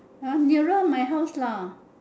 ah nearer my house lah